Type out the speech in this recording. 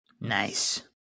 Nice